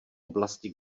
oblasti